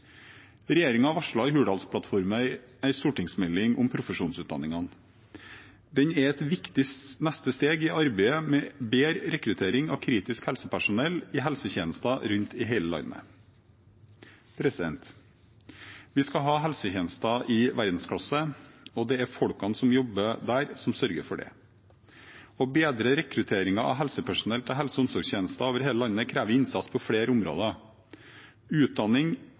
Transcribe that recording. i Hurdalsplattformen en stortingsmelding om profesjonsutdanningene. Den er et viktig neste steg i arbeidet med bedre rekruttering av kritisk helsepersonell i helsetjenester rundt i hele landet. Vi skal ha helsetjenester i verdensklasse, og det er folkene som jobber der, som sørger for det. Å bedre rekrutteringen av helsepersonell til helse og omsorgstjenesten over hele landet krever innsats på flere områder. Utdanning,